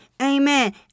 Amen